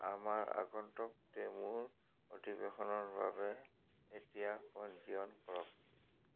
আমাৰ আগন্তুক ডেমোৰ অধিৱেশনৰ বাবে এতিয়া পঞ্জীয়ন কৰক